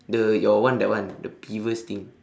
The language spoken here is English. the your one that one the peeves thing